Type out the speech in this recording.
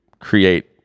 create